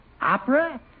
Opera